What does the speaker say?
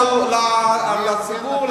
לציבור,